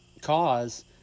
cause